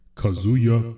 kazuya